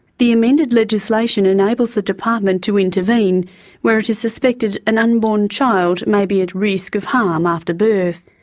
the amended legislation enables the department to intervene where it is suspected an unborn child may be at risk of harm after birth.